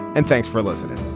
and thanks for listening